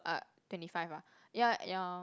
uh twenty five ah ya ya